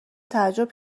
تعجب